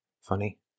funny